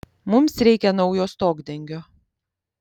mums reikia naujo stogdengio